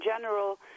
general